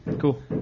Cool